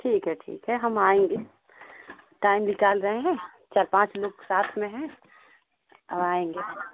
ठीक है ठीक है हम आएँगे टाइम निकाल रहे हैं चार पाँच लोग साथ में हैं और आएँगे